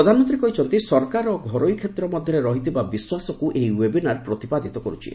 ପ୍ରଧାନମନ୍ତ୍ରୀ କହିଛନ୍ତି ସରକାର ଓ ଘରୋଇ କ୍ଷେତ୍ର ମଧ୍ୟରେ ରହିଥିବା ବିଶ୍ୱାସକୁ ଏହି ଓ୍ୱେବିନାର୍ ପ୍ରତିପାଦିତ କରୁଛି